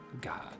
God